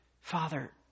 Father